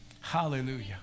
Hallelujah